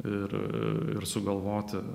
ir ir sugalvoti